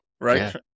right